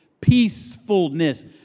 peacefulness